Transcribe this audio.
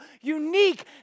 unique